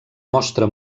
mostra